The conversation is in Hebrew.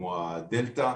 כמו הדלתא.